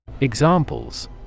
Examples